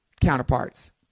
counterparts